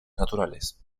naturales